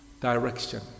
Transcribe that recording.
direction